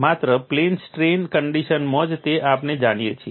માત્ર plane strain કન્ડિશનમાં જ તે આપણે જાણીએ છીએ